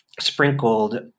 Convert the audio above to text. sprinkled